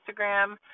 Instagram